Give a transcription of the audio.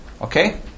Okay